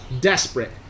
Desperate